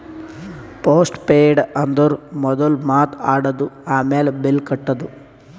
post paid ಅಂದುರ್ ಮೊದುಲ್ ಮಾತ್ ಆಡದು, ಆಮ್ಯಾಲ್ ಬಿಲ್ ಕಟ್ಟದು